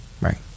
Right